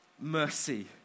mercy